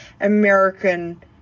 American